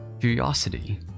Curiosity